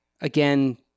Again